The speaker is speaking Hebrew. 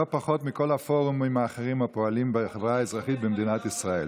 לא פחות מכל הפורומים האחרים הפועלים בחברה האזרחית במדינת ישראל.